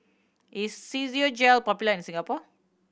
is popular in Singapore